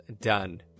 done